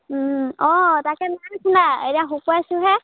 অঁ তাকে নাইখুন্দা এতিয়া শুকুৱাইছোঁহে